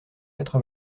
quatre